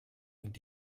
und